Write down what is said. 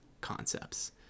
concepts